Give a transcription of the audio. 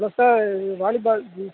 hello sir இது volleyball B